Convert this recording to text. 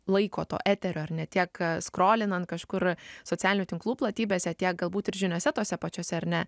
laiko to eterio ar ne tiek skrolinant kažkur socialinių tinklų platybėse tiek galbūt ir žiniose tose pačiose ar ne